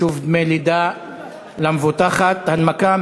חישוב דמי לידה למבוטחת עצמאית),